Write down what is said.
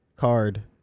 card